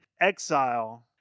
exile